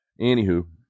Anywho